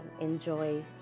enjoy